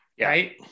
Right